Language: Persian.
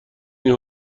این